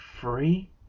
free